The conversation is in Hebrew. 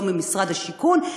לא ממשרד הבינוי והשיכון,